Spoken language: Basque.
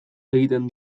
egiten